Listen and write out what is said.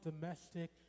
domestic